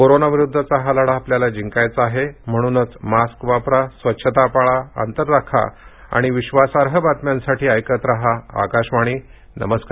कोरोनाविरुद्धचा हा लढा आपल्याला जिंकायचा आहे म्हणूनच मास्क वापरा स्वच्छता पाळा अंतर राखा आणि विश्वासार्ह बातम्यांसाठी ऐकत रहा आकाशवाणी नमस्कार